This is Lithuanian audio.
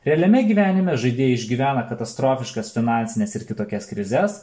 realiame gyvenime žaidėjai išgyvena katastrofiškas finansines ir kitokias krizes